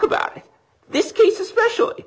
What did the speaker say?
about this case especially